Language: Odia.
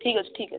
ଠିକ୍ ଅଛି ଠିକ୍ ଅଛି